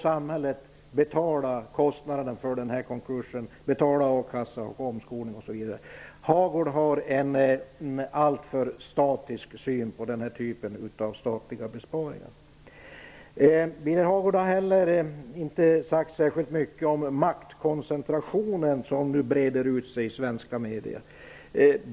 Samhället får sedan betala konkursen, a-kassa, omskolning, osv. Birger Hagård har en alltför statisk syn på den här typen av besparingar. Birger Hagård har inte sagt så mycket om den maktkoncentration som nu blir alltmer påtaglig i svenska medier.